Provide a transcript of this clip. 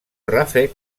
ràfec